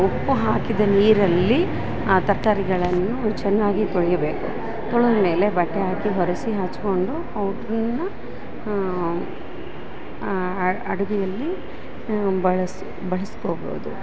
ಉಪ್ಪು ಹಾಕಿದ ನೀರಲ್ಲಿ ಆ ತರಕಾರಿಗಳನ್ನು ಚೆನ್ನಾಗಿ ತೊಳಿಬೇಕು ತೊಳಿದ್ರ ಮೇಲೆ ಬಟ್ಟೆ ಆಕಿ ಹೊರೆಸಿ ಹಚ್ಕೊಂಡು ಅವು ತುಂಬ ಅಡುಗೆಯಲ್ಲಿ ಬಳಸಿ ಬಳ್ಸ್ಕೊಬೌದು